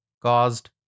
caused